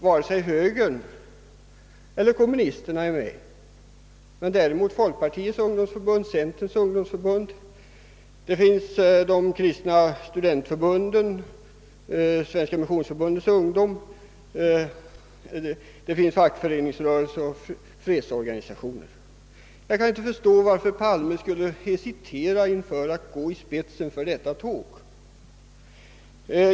Varken högern eller kommunisterna är representerade, men däremot Folkpartiets ungdomsförbund, Centerns ungdomsförbund, de kristna studentförbunden, Svenska missionsförbundets ungdomsorganisation, fackföreningsrörelsen och fredsorganisationer. Jag kan inte förstå varför statsrådet Palme skulle hesitera inför att gå i spetse för detta tåg.